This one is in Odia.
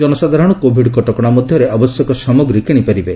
ଜନସାଧାରଣ କୋଭିଡ୍ କଟକଶା ମଧ୍ଧରେ ଆବଶ୍ୟକ ସାମଗ୍ରୀ କିଶିପାରିବେ